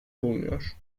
bulunuyor